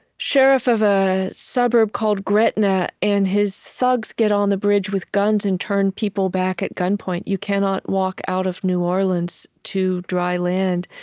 sheriff of a suburb called gretna and his thugs get on the bridge with guns and turn people back at gunpoint. you cannot walk out of new orleans to dry land.